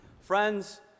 Friends